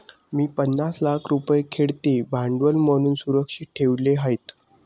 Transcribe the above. मी पन्नास लाख रुपये खेळते भांडवल म्हणून सुरक्षित ठेवले आहेत